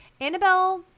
annabelle